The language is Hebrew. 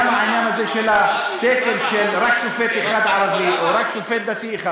גם העניין הזה של התקן של רק שופט ערבי אחד או רק שופט דתי אחד.